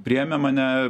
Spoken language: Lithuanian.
priėmė mane